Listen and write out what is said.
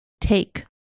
Take